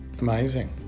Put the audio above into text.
Amazing